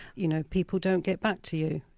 you know people don't get back to you,